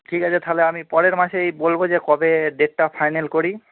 ঠিক আছে তাহলে আমি পরের মাসেই বলব যে কবে ডেটটা ফাইনাল করি